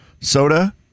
soda